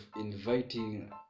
inviting